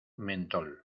mentol